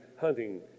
hunting